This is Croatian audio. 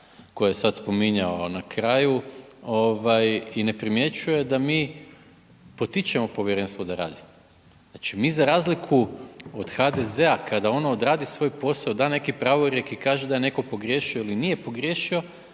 koje sada spominjao na kraju i ne primjećuje da mi potičemo povjerenstvo da radi. Znači mi za razliku od HDZ-a kada ono odradi svoj posao, da neki pravorijek i kaže da je netko pogriješio ili nije pogriješio,